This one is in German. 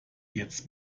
jetzt